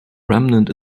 remnant